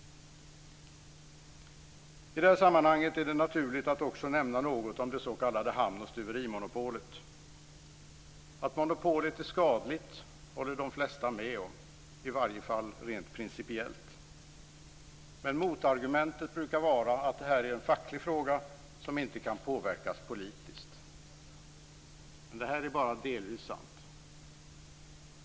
I det här sammanhanget är det naturligt att också nämna något om det s.k. hamn och stuverimonopolet. Att monopolet är skadligt håller de flesta med om - i varje fall rent principiellt. Men motargumentet brukar vara att det här är en facklig fråga som inte kan påverkas politiskt. Detta är bara delvis sant.